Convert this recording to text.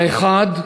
האחד,